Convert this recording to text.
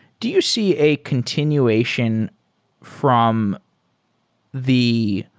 do you see a continuation from the